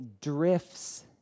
drifts